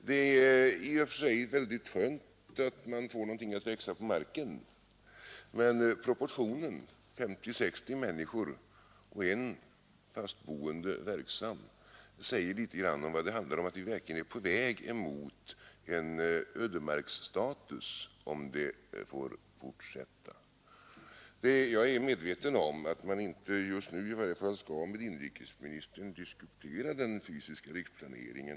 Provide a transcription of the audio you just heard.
Det är i och för sig skönt att man får någonting att växa på marken. Men proportionen 50—60 människor och 1 fast boende verksam säger litet om vad det handlar om — att vi verkligen är på väg emot en ödemarksstatus, om det får fortsätta. Jag är medveten om att man inte, just nu i varje fall, skall med inrikesministern diskutera den fysiska riksplaneringen.